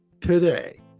today